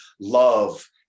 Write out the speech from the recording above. love